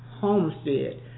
homestead